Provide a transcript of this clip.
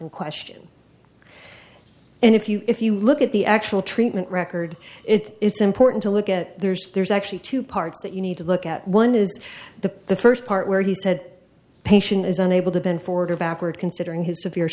in question and if you if you look at the actual treatment record it's important to look at there's there's actually two parts that you need to look at one is the first part where he said patient is unable to bend forward or backward considering his severe